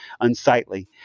unsightly